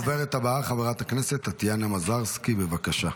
הדוברת הבאה, חברת הכנסת טטיאנה מזרסקי, בבקשה.